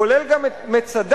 כולל גם את מצדה,